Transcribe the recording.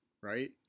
right